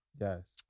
Yes